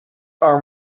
are